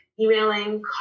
Emailing